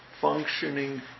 functioning